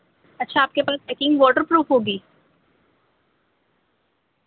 اچھا آپ کے پا پیکنگ واٹر پروف ہوگی